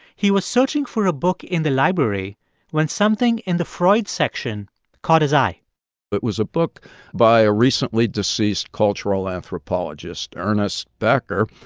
he was searching for a book in the library when something in the freud section caught his eye it was a book by a recently deceased cultural anthropologist, ernest becker,